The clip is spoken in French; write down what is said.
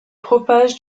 propage